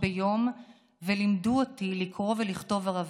ביום ולימדו אותי לקרוא ולכתוב ערבית.